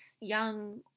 young